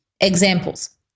examples